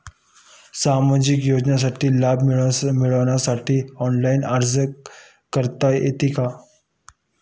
सामाजिक योजनांचा लाभ मिळवण्यासाठी ऑनलाइन अर्ज करता येतो का?